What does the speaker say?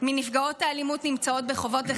האלימות נמצאות בחובות,